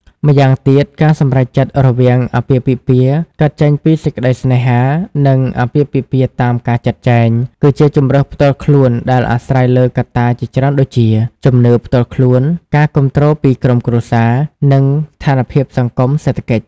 ម៉្យាងទៀតការសម្រេចចិត្តរវាងអាពាហ៍ពិពាហ៍កើតចេញពីសេចក្តីស្នេហា និងអាពាហ៍ពិពាហ៍តាមការចាត់ចែង គឺជាជម្រើសផ្ទាល់ខ្លួនដែលអាស្រ័យលើកត្តាជាច្រើនដូចជា ជំនឿផ្ទាល់ខ្លួន ការគាំទ្រពីក្រុមគ្រួសារ និងស្ថានភាពសង្គម-សេដ្ឋកិច្ច។